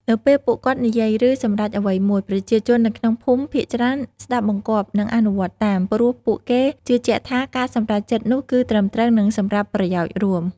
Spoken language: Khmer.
នៅពេលពួកគាត់និយាយ ឬសម្រេចអ្វីមួយ ប្រជាជននៅក្នុងភូមិភាគច្រើនស្ដាប់បង្គាប់ និងអនុវត្តតាម ព្រោះពួកគេជឿជាក់ថាការសម្រេចចិត្តនោះគឺត្រឹមត្រូវ និងសម្រាប់ប្រយោជន៍រួម។